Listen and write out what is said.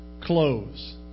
close